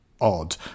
odd